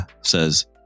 says